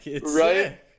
right